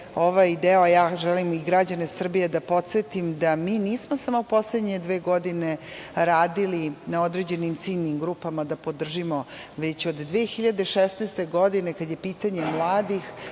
ovaj deo, a želim i građane Srbije da podsetim da mi nismo samo poslednje dve godine radili na određenim ciljnim grupama da podržimo, već od 2016. godine kada je pitanje mladih